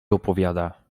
opowiada